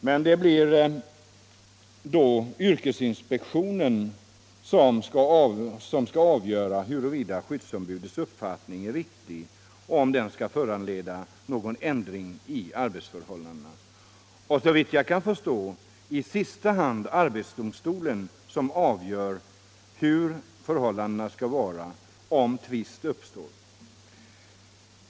Men det blir yrkesinspektionen som skall avgöra om skyddsombudets uppfattning är riktig och om den skall föranleda någon ändring i arbetsförhållandena. Och såvitt jag kan förstå är det i sista hand arbetsdomstolen som avgör förhållandena om tvist uppstår.